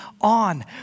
on